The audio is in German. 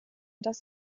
das